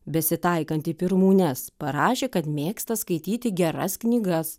besitaikanti į pirmūnes parašė kad mėgsta skaityti geras knygas